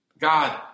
God